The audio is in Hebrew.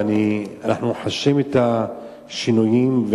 ואנחנו חשים את השינויים,